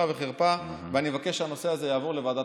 משרד החינוך,